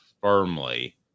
firmly